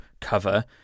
cover